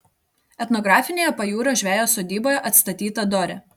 etnografinėje pajūrio žvejo sodyboje atstatyta dorė